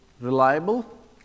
reliable